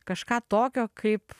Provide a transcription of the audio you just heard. kažką tokio kaip